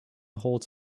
holds